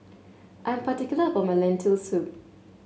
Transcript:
I am particular about my Lentil Soup